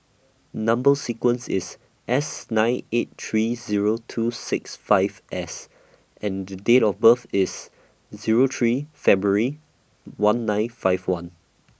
Number sequence IS S nine eight three Zero two six five S and Date of birth IS Zero three February one nine five one